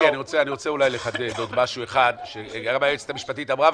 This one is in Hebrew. אני רוצה אולי לחדד עוד משהו אחד שגם היועצת המשפטית אמרה.